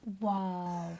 Wow